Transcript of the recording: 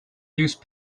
use